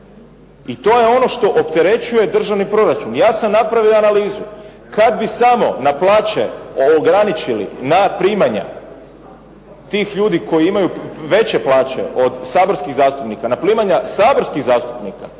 I to je ono što opterećuje državni proračun. Ja sam napravio analizu. Kad bi samo na plaće ograničili na primanja tih ljudi koji imaju veće plaće od saborskih zastupnika na primanja saborskih zastupnika